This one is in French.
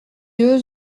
eux